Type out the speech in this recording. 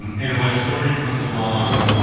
and when a story comes along,